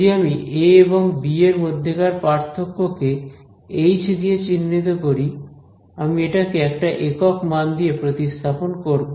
যদি আমি এ এবং বি এর মধ্যেকার পার্থক্য কে এইচ দিয়ে চিহ্নিত করি আমি এটাকে একটা একক মান দিয়ে প্রতিস্থাপন করব